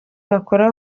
bakora